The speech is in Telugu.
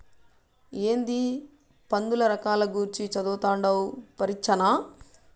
ఏందీ పందుల రకాల గూర్చి చదవతండావ్ పరీచ్చనా